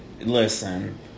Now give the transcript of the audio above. Listen